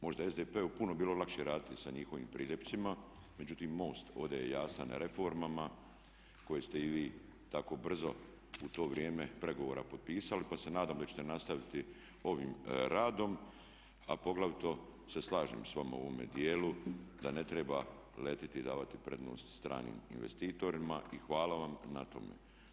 Možda bi SDP-u puno bilo lakše raditi sa njihovim priljepcima, međutim MOST ovdje je jasan reformama koje ste i vi tako brzo u to vrijeme pregovora potpisala pa se nadam da ćete nastaviti ovim radom, a poglavito se slažem sa vama u ovome dijelu da ne treba letiti i davati prednost stranim investitorima i hvala vam na tome.